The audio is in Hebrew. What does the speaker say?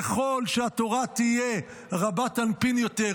ככל שהתורה תהיה רבת-אנפין יותר,